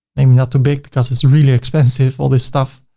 maybe not too big, because it's really expensive all this stuff.